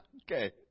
Okay